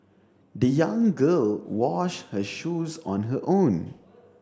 the young girl washed her shoes on her own